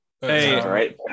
Hey